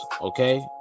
Okay